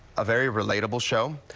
a very relatable show.